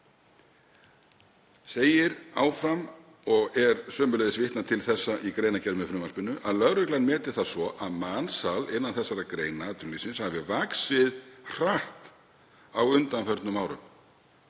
Segir áfram, og er sömuleiðis vitnað til þessa í greinargerð með frumvarpinu, að lögreglan meti það svo að mansal innan þessara greina atvinnulífsins hafi vaxið hratt á undanförnum árum.